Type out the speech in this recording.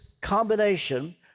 combination